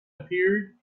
appeared